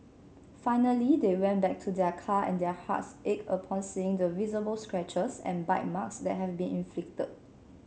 finally they went back to their car and their hearts ached upon seeing the visible scratches and bite marks that had been inflicted